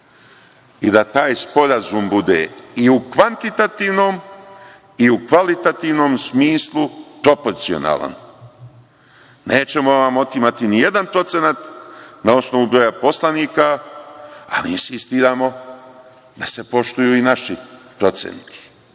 i da taj sporazum bude i u kvantitativnom i u kvalitativnom smislu proporcionalan. Nećemo vam otimati nijedan procenat na osnovu broja poslanika, ali insistiramo da se poštuju i naši procenti,